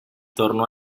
torno